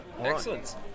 Excellent